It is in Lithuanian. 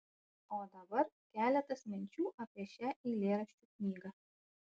o dabar keletas minčių apie šią eilėraščių knygą